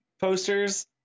posters